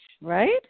right